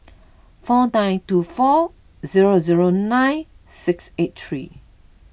four nine two four zero zero nine six eight three